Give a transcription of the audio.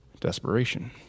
Desperation